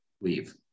leave